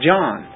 John